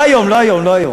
לא היום, לא היום.